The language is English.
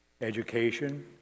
Education